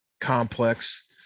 complex